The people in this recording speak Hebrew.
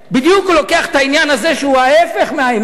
בדיוק הוא לוקח את העניין הזה, שהוא ההיפך מהאמת.